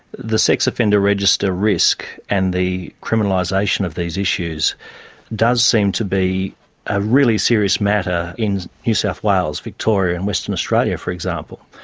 the sex offender register risk and the criminalisation of these issues does seem to be a really serious matter in new south wales, victoria and western australia, for example.